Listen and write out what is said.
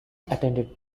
attended